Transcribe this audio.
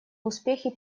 успехи